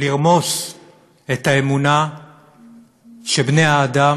לרמוס את האמונה שבני-האדם,